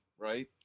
Right